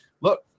look